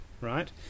right